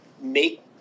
make